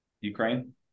ukraine